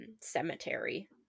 cemetery